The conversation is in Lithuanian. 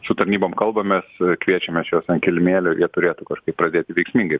su tarnybom kalbamės kviečiame čia juos ant kilimėlio jie turėtų kažkaip pradėti veiksmingai